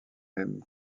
même